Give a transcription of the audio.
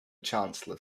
chancellor